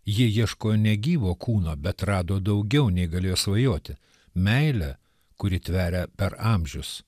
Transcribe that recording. jie ieško negyvo kūno bet rado daugiau nei galėjo svajoti meilę kuri tveria per amžius